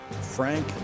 frank